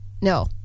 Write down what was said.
No